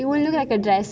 ~ she was wearing a dress